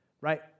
right